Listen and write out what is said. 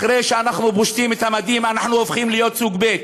אחרי שאנחנו פושטים את המדים אנחנו הופכים להיות סוג ב'.